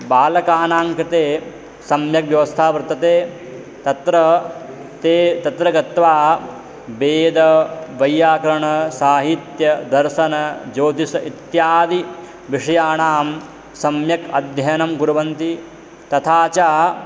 बालकानां कृते सम्यक् व्यवस्था वर्तते तत्र ते तत्र गत्वा वेद वैय्याकरणं साहित्यं दर्शनं ज्योतिषम् इत्यादि विषयाणां सम्यक् अध्ययनं कुर्वन्ति तथा च